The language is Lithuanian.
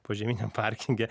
požeminiam parkinge